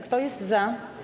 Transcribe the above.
Kto jest za?